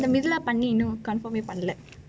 meduva பன்றி இன்னும்:panri innum confirm eh பண்ணலை:pannalai